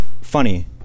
funny